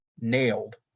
nailed